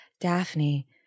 Daphne